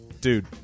Dude